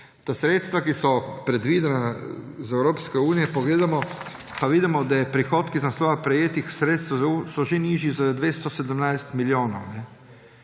ta sredstva, ki so predvidena iz Evropske unije, pogledamo, pa vidimo, da prihodki iz naslova prejetih sredstev so že nižji za 217 milijonov.